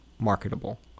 marketable